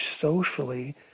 socially